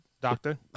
doctor